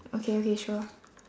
okay okay sure